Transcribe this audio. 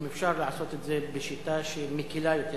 האם אפשר לעשות את זה בשיטה שמקלה יותר